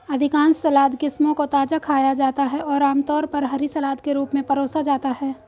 अधिकांश सलाद किस्मों को ताजा खाया जाता है और आमतौर पर हरी सलाद के रूप में परोसा जाता है